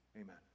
Amen